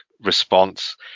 response